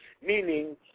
meaning